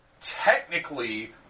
technically